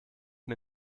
mir